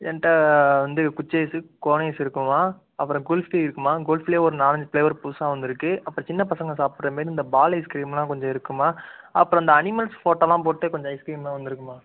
என்கிட்ட வந்து குச்சி ஐஸு கோன் ஐஸ் இருக்கும்மா அப்புறம் குல்ஃபி இருக்கும்மா குல்ஃபிலே ஒரு நாலஞ்சு ஃப்ளேவர் புதுசாக வந்திருக்கு அப்புறம் சின்ன பசங்கள் சாப்பிட்ற மாரி இந்த பால் ஐஸ்கிரீம்லாம் கொஞ்சம் இருக்கும்மா அப்புறோம் இந்த அனிமல்ஸ் ஃபோட்டோலாம் போட்டு கொஞ்சம் ஐஸ்கிரீம்லாம் வந்திருக்கும்மா